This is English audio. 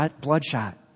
bloodshot